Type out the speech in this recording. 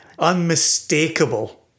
Unmistakable